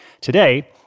Today